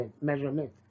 measurement